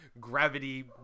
gravity